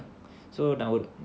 so treat